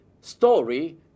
story